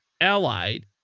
allied